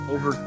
Over